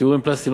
תיאורים פלסטיים,